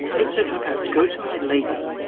good sir topas, go to my lady.